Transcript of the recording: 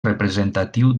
representatiu